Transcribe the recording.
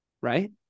right